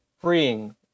freeing